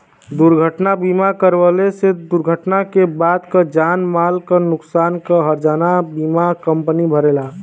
दुर्घटना बीमा करवले से दुर्घटना क बाद क जान माल क नुकसान क हर्जाना बीमा कम्पनी भरेला